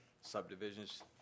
subdivisions